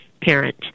parent